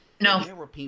No